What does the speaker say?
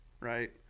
right